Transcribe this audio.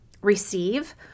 receive